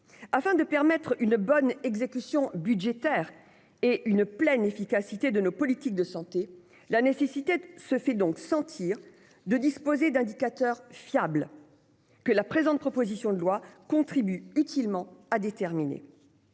Afin de permettre une bonne exécution budgétaire et une pleine efficacité de nos politiques de santé, il est nécessaire de disposer d'indicateurs fiables, que la présente proposition de loi contribue utilement à déterminer.